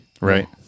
Right